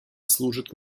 служит